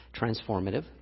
transformative